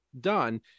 done